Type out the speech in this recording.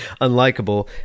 unlikable